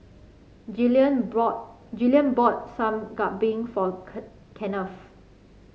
Gillian Gillian bought Sup Kambing for Kenneth